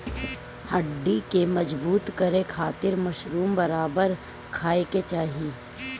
हड्डी के मजबूत करे खातिर मशरूम बराबर खाये के चाही